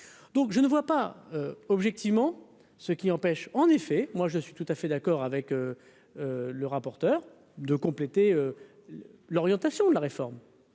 donc je ne vois pas objectivement ce qui empêche en effet. En fait, moi je suis tout à fait d'accord avec le rapporteur, de compléter l'orientation de la réforme,